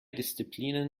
disziplinen